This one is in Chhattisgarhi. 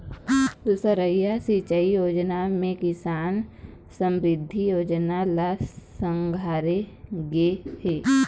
दुसरइया सिंचई योजना म किसान समरिद्धि योजना ल संघारे गे हे